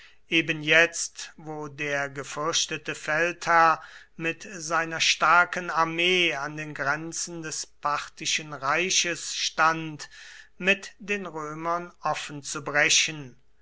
eben jetzt wo der gefürchtete feldherr mit seiner starken armee an den grenzen des parthischen reiches stand mit den römern offen zu brechen